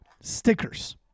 stickers